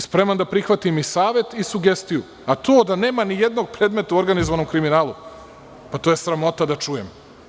Spreman sam da prihvatim i savet i sugestiju, a to da nema ni jednog predmeta u organizovanom kriminalu, pa to je sramota da čujem.